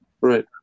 Right